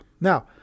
Now